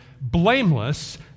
blameless